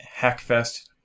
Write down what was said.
Hackfest